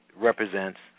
Represents